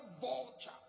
vulture